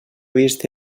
vist